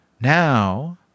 Now